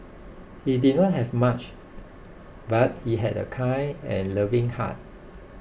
he did not have much but he had a kind and loving heart